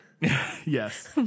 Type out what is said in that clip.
yes